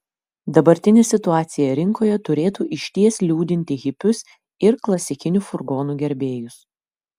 dabartinė situacija rinkoje turėtų išties liūdinti hipius ir klasikinių furgonų gerbėjus